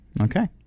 Okay